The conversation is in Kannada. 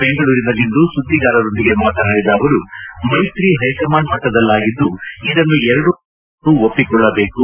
ಬೆಂಗಳೂರಿನಲ್ಲಿಂದು ಸುದ್ದಿಗಾರರೊಂದಿಗೆ ಮಾತನಾಡಿದ ಅವರು ಮೈತ್ರಿ ಹೈಕಮಾಂಡ್ ಮಟ್ಟದಲ್ಲಾಗಿದ್ದು ಇದನ್ನು ಎರಡೂ ಪಕ್ಷಗಳ ಕಾರ್ಯಕರ್ತರು ಒಪ್ಪಿಕೊಳ್ಳಬೇಕು